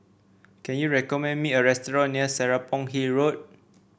can you recommend me a restaurant near Serapong Hill Road